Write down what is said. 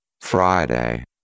Friday